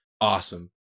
Awesome